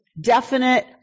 definite